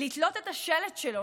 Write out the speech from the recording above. לתלות את השלט שלו,